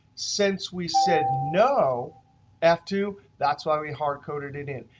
since we said no f two, that's why we hard coded it in.